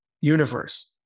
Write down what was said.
universe